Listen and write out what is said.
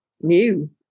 new